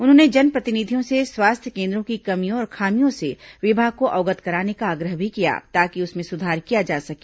उन्होंने जनप्रतिनिधियों से स्वास्थ्य केन्द्रों की कमियों और खामियों से विभाग को अवगत कराने का आग्रह भी किया ताकि उसमें सुधार किया जा सके